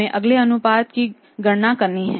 हमें अगले अनुपात की गणना करनी है